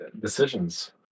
Decisions